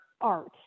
art